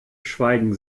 schweigen